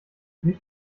wie